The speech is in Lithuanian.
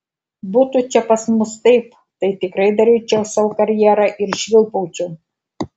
būtų čia pas mus taip tai tikrai daryčiau sau karjerą ir švilpaučiau